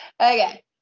Okay